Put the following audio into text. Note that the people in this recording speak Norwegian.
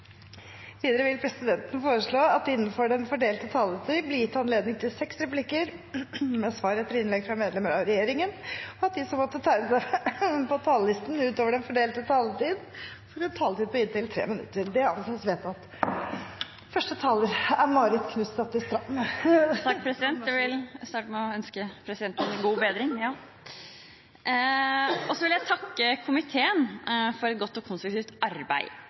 Videre vil presidenten foreslå at det – innenfor den fordelte taletid – blir gitt anledning til inntil seks replikker med svar etter innlegg fra medlemmer av regjeringen, og at de som måtte tegne seg på talerlisten utover den fordelte taletid, får en taletid på inntil 3 minutter. – Det anses vedtatt. Jeg vil takke komiteen for et godt og konstruktivt arbeid.